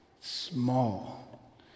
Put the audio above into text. Small